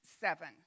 seven